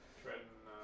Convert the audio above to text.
treading